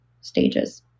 stages